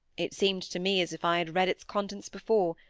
it seemed to me as if i had read its contents before,